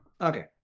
Okay